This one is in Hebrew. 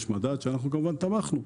יש מדד שאנחנו כמובן תמכנו.